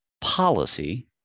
policy